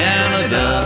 Canada